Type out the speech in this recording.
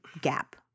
gap